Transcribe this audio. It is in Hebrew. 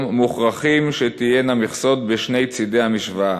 מוכרחים שתהיינה מכסות בשני צדי המשוואה.